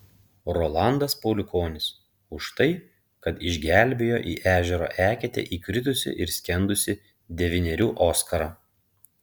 rolandas pauliukonis už tai kad išgelbėjo į ežero eketę įkritusį ir skendusį devynerių oskarą